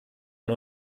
und